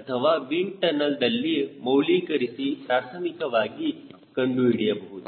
ಅಥವಾ ವಿಂಡ್ ಟನಲ್ದಲ್ಲಿ ಮೌಲಿಕರಿಸಿ ಪ್ರಾಥಮಿಕವಾಗಿ ಕಂಡುಹಿಡಿಯಬಹುದು